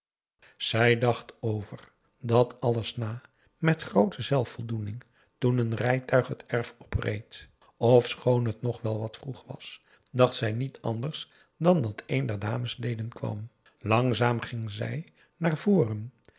zij dacht over dat alles na met groote zelfvoldoening toen een rijtuig het erf opreed ofschoon het nog wel wat vroeg was dacht zij niet anders dan dat een der dames leden kwam langzaam ging zij naar voren